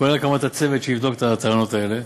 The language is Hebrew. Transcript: כולל הקמת הצוות שיבדוק את הטענות האלה,